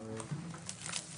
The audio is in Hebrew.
נוסף.